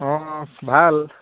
অঁ ভাল